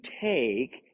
take